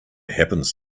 happens